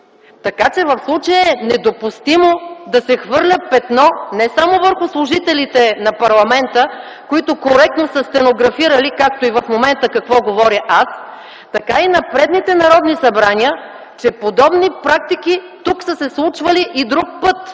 Така че в случая е недопустимо да се хвърля петно не само върху служителите на парламента, които коректно са стенографирали, както и в момента какво говоря аз, така и на предните народни събрания, че подобни практики тук са се случвали и друг път.